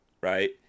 right